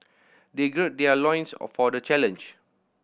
they gird their loins a for the challenge